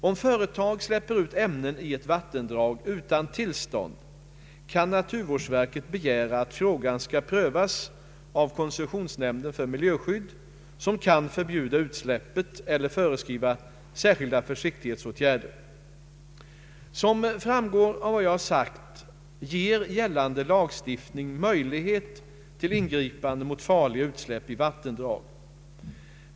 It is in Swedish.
Om företag släpper ut ämnen i ett vattendrag utan tillstånd kan naturvårdsverket begära att frågan skall prövas av koncessionsnämnden för miljöskydd, som kan förbjuda utsläppet eller föreskriva särskilda försiktighetsåtgärder. Såsom framgår av vad jag sagt ger gällande lagstiftning möjlighet till ingripande mot farliga utsläpp i vattendrag.